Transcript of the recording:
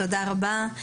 תודה רבה.